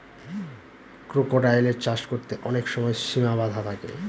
ক্রোকোডাইলের চাষ করতে অনেক সময় সিমা বাধা থাকে